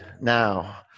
now